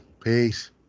Peace